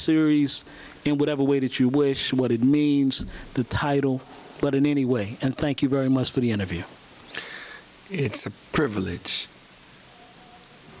series in whatever way that you wish what it means the title let in anyway and thank you very much for the interview it's a privilege